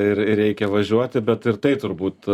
ir reikia važiuoti bet ir tai turbūt